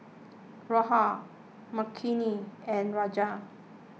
Rahul Makineni and Rajat